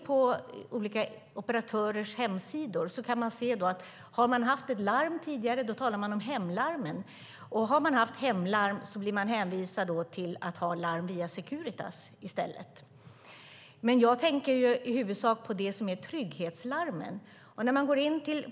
På olika operatörers hemsidor kan man se att om man har haft ett hemlarm tidigare blir man hänvisad till att i stället ha larm via Securitas. Men jag tänker i huvudsak på trygghetslarmen.